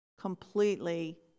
completely